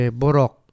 borok